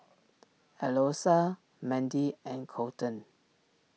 Eloisa Mendy and Colten